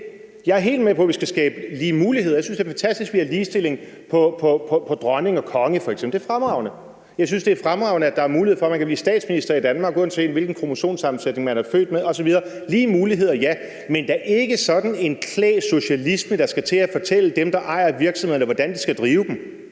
Jeg er helt med på, at vi skal skabe lige muligheder. Jeg synes, det er fantastisk, at vi har ligestilling med hensyn til dronning og konge f.eks. – det er fremragende. Jeg synes, det er fremragende, at der er mulighed for at man kan blive statsminister i Danmark, uanset hvilken kromosomsammensætning man er født med osv. Lige muligheder, ja, men da ikke sådan en klæg socialisme, der skal til at fortælle dem, der ejer virksomhederne, hvordan de skal drive dem.